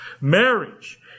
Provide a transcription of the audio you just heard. Marriage